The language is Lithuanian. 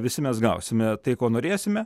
visi mes gausime tai ko norėsime